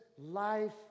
life